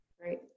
great